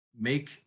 make